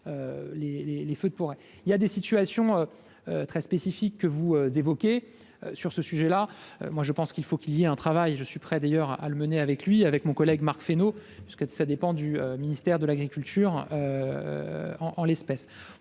il y a des situations très spécifiques que vous évoquez sur ce sujet-là, moi je pense qu'il faut qu'il y a un travail, je suis prêt, d'ailleurs amené avec lui, avec mon collègue Marc Fesneau, parce que ça dépend du ministère de l'agriculture en en l'espèce,